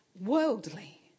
worldly